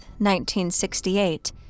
1968